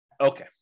Okay